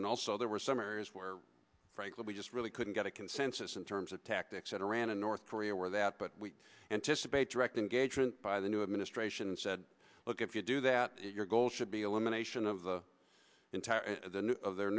and also there were some areas where frankly we just really couldn't get a consensus in terms of tactics that iran and north korea were that but we anticipate direct engagement by the new administration and said look if you do that your goal should be elimination of the entire